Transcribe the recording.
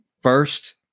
first